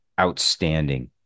Outstanding